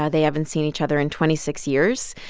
ah they haven't seen each other in twenty six years.